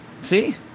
See